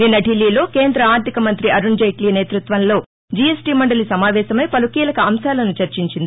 నిన్న ఢిల్లీలో కేంద ఆర్దిక మంత్రి అరుణ్ జైట్లీ నేతృత్వంలో జీఎస్టీ మండలి సమావేశమై పలు కీలక అంశాలపై చర్చించింది